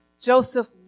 Joseph